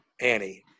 Annie